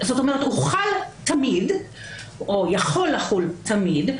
זאת אומרת, הוא חל תמיד או יכול לחול תמיד.